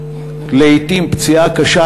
לעתים פציעה קשה,